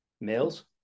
males